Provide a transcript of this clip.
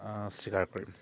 স্বীকাৰ কৰিম